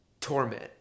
torment